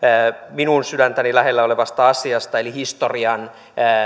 minun sydäntäni lähellä olevasta asiasta eli historian